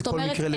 זאת אומרת,